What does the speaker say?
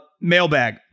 Mailbag